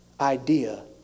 idea